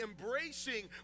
embracing